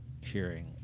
hearing